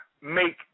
Make